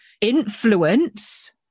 influence